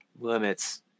limits